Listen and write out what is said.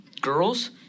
Girls